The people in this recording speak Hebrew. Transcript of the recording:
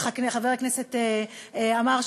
וחבר הכנסת עמאר,